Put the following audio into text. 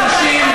אני